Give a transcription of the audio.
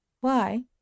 Why